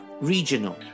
regional